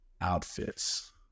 Outfits